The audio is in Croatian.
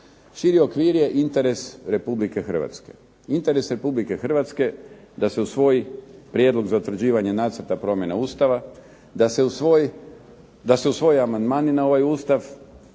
Širi okvir je interes Republike Hrvatske. Interes Republike Hrvatske da se usvoji prijedlog za utvrđivanje Nacrta promjena Ustava, da se usvoje amandmani na ovaj Ustav